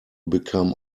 become